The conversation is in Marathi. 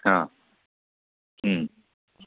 हां